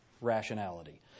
rationality